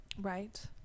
Right